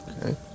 okay